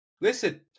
listen